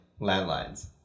landlines